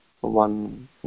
one